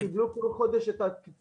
השאלה היא אם הם קיבלו כל חודש את --- כן.